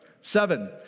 Seven